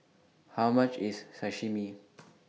How much IS Sashimi